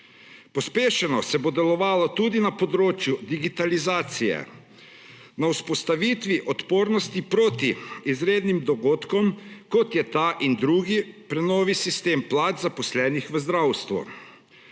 Pospešeno se bo delovalo tudi na področju digitalizacije, na vzpostavitvi odpornosti proti izrednim dogodkom, kot je ta in drugi, prenovi sistem plač zaposlenih v zdravstvu.